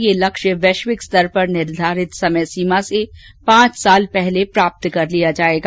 यह लक्ष्य वैश्विक स्तर पर निर्धारित समय सीमा से पांच वर्ष पहले प्राप्त कर लिया जाएगा